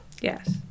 Yes